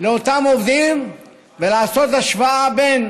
עם אותם עובדים, לעשות השוואה בין